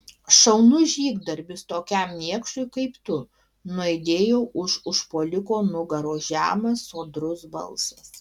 šaunus žygdarbis tokiam niekšui kaip tu nuaidėjo už užpuoliko nugaros žemas sodrus balsas